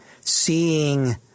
seeing